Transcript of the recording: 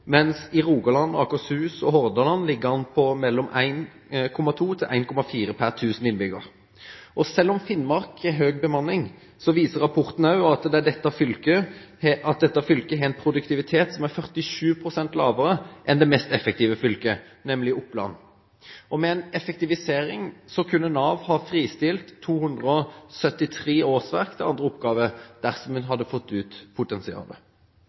mens i Rogaland, Akershus og Hordaland ligger den på mellom 1,2–1,4 per 1 000 innbyggere. Selv om Finnmark har høy bemanning, viser rapporten at dette fylket har en produktivitet som er 47 pst. lavere enn det mest effektive fylket, nemlig Oppland. Ved en effektivisering kunne Nav ha fristilt 273 årsverk til andre oppgaver, dersom man hadde fått ut potensialet.